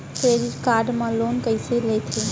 Credit card मा loan कइसे लेथे?